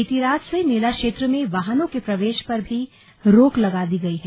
बीती रात से मेला क्षेत्र में वाहनों के प्रवेश पर भी रोक लगा दी गई है